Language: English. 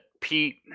Pete